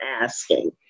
asking